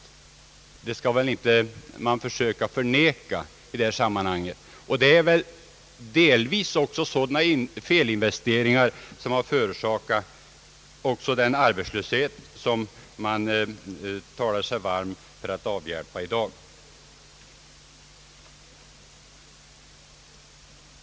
Det skall man väl inte försöka förneka! Det är väl också delvis sådana felinvesteringar som förorsakat den arbetslöshet som man i dag talar sig varm för att avhjälpa.